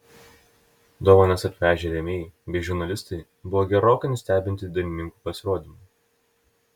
dovanas atvežę rėmėjai bei žurnalistai buvo gerokai nustebinti dainininkų pasirodymu